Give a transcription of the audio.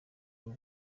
ubu